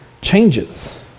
changes